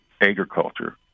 agriculture